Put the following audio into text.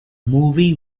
movie